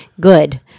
Good